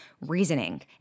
reasoning